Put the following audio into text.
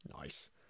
Nice